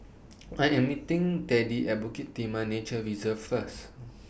I Am meeting Teddy At Bukit Timah Nature Reserve First